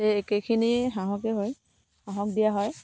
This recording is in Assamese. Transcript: এই একেখিনি হাঁহকেই হয় হাঁহক দিয়া হয়